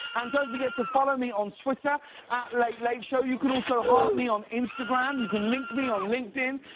and, please don't forget to follow me on twitter at late late show. you can also heart me on instagram. you can link me on linked in.